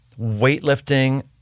weightlifting